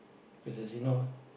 because as you know